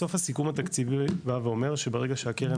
בסוף הסיכום התקציבי בא ואומר שברגע שהקרן,